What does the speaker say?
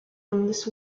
this